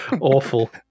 awful